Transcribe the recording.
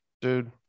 dude